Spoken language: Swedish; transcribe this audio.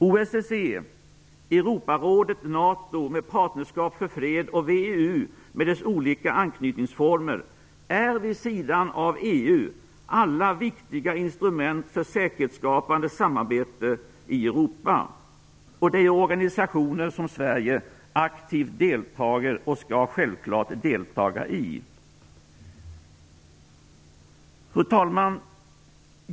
OSSE, Europarådet, NATO, med Partnerskap för fred, och VEU med dess olika anknytningsformer är alla vid sidan av EU viktiga instrument för säkerhetsskapande samarbete i Europa, och det är organisationer som Sverige aktivt deltar och självklart skall delta i. Fru talman!